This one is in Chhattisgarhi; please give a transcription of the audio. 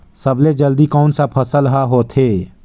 सबले जल्दी कोन सा फसल ह होथे?